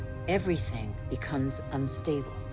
everything becomes unstable.